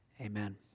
amen